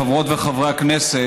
חברות וחברי הכנסת,